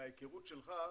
מההיכרות שלך,